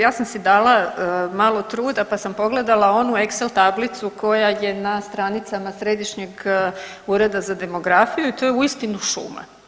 Ja sam si dala malo truda pa sam pogledala onu excel tablicu koja je na stranicama Središnjeg ureda za demografiju i to je uistinu šuma.